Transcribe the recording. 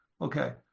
okay